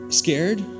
scared